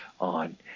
on